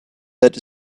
that